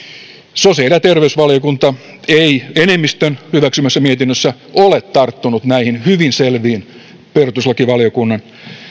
sosiaali ja terveysvaliokunta ei enemmistön hyväksymässä mietinnössä ole tarttunut näihin hyvin selviin perustuslakivaliokunnan